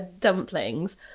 dumplings